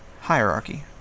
Hierarchy